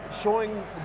showing